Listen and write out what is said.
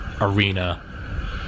arena